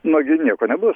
nagi nieko nebu